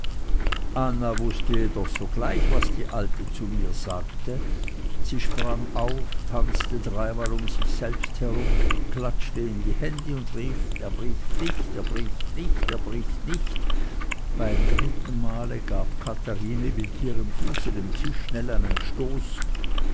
anna wußte jedoch so gleich was die alte zu mir sagte sie sprang auf tanzte dreimal um sich selbst herum klatschte in die hände und rief er bricht nicht er bricht nicht er bricht nicht beim dritten male gab katherine mit ihrem fuße dem tische schnell einen stoß